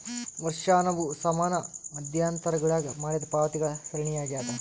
ವರ್ಷಾಶನವು ಸಮಾನ ಮಧ್ಯಂತರಗುಳಾಗ ಮಾಡಿದ ಪಾವತಿಗಳ ಸರಣಿಯಾಗ್ಯದ